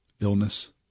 illness